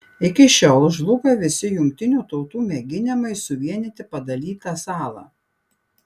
iki šiol žlugo visi jungtinių tautų mėginimai suvienyti padalytą salą